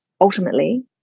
ultimately